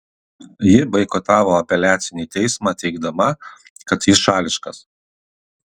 ji boikotavo apeliacinį teismą teigdama kad jis šališkas